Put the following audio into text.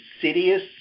insidious